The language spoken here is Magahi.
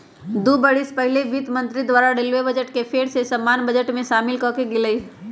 दू बरिस पहिले वित्त मंत्री द्वारा रेलवे बजट के फेर सँ सामान्य बजट में सामिल क लेल गेलइ